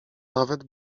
nawet